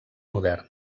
modern